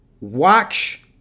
watch